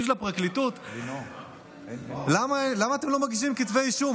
של הפרקליטות: למה אתם לא מגישים כתבי אישום?